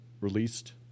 released